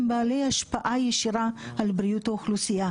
בעלי השפעה ישירה על בריאות האוכלוסייה.